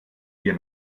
wir